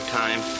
time